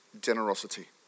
generosity